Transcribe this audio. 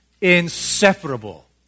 inseparable